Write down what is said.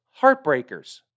heartbreakers